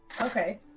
Okay